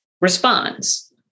responds